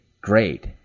Great